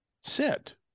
sit